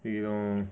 对 lor